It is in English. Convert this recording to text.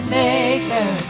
maker